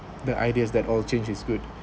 the ideas that all change is good